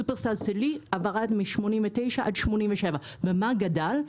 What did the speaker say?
שופרסל שלי ירד מ-109 עד 87. מה גדל?